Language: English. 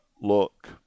look